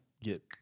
get